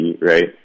right